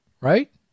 right